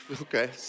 Okay